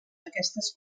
aquestes